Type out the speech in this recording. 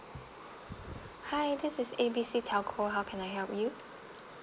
hi this is A B C telco how can I help you